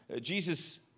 Jesus